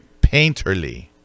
painterly